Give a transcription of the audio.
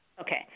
Okay